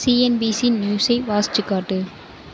CNBC நியூஸை வாசித்துக் காட்டு